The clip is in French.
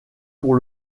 pour